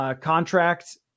contract